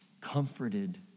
comforted